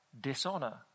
dishonor